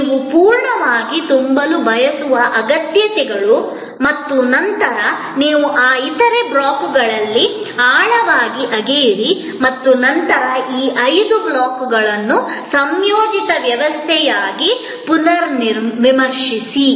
ನೀವು ಪೂರ್ಣವಾಗಿ ತುಂಬಲು ಬಯಸುವ ಅಗತ್ಯತೆಗಳು ಮತ್ತು ನಂತರ ನೀವು ಆ ಇತರ ಬ್ಲಾಕ್ಗಳಲ್ಲಿ ಆಳವಾಗಿ ಅಗೆಯಿರಿ ಮತ್ತು ನಂತರ ಈ ಐದು ಬ್ಲಾಕ್ಗಳನ್ನು ಸಂಯೋಜಿತ ವ್ಯವಸ್ಥೆಯಾಗಿ ಪುನರ್ವಿಮರ್ಶಿಸಿ